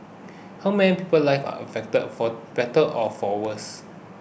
how many people's lives are affected for better or for worse